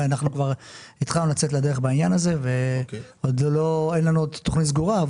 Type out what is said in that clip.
ואנחנו כבר התחלנו לצאת לדרך בעניין הזה ועוד אין לנו תכנית סגורה,